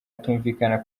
atumvikana